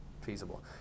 feasible